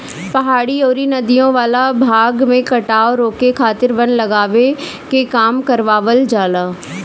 पहाड़ी अउरी नदियों वाला भाग में कटाव रोके खातिर वन लगावे के काम करवावल जाला